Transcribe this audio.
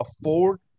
afford